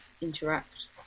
interact